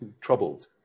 troubled